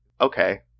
okay